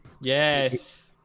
Yes